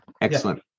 excellent